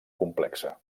complexa